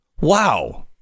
Wow